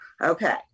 Okay